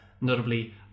notably